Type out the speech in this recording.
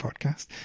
podcast